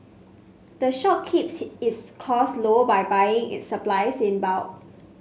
the shop keeps its cost low by buying its supplies in bulk